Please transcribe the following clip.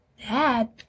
Dad